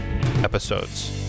episodes